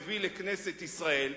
מביא לכנסת ישראל,